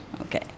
Okay